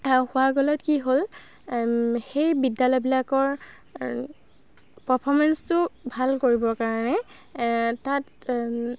হোৱা গ'লত কি হ'ল সেই বিদ্যালয়বিলাকৰ পাৰফৰ্মেঞ্চটো ভাল কৰিবৰ কাৰণে তাত